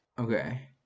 Okay